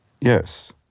Yes